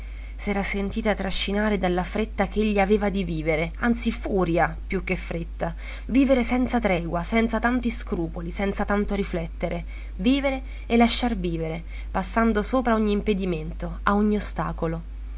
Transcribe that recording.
matrimonio s'era sentita trascinare dalla fretta ch'egli aveva di vivere anzi furia più che fretta vivere senza tregua senza tanti scrupoli senza tanto riflettere vivere e lasciar vivere passando sopra a ogni impedimento a ogni ostacolo